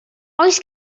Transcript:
oes